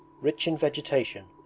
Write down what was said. rich in vegetation,